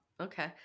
Okay